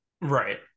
Right